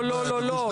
לא.